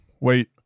Wait